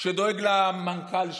שדואג למנכ"ל שלו,